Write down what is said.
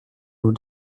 nous